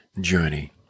journey